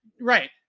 right